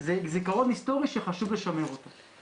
זה זיכרון היסטורי שחשוב לשמר אותו.